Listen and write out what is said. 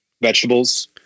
vegetables